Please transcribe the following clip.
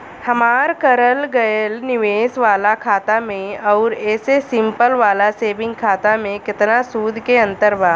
हमार करल गएल निवेश वाला खाता मे आउर ऐसे सिंपल वाला सेविंग खाता मे केतना सूद के अंतर बा?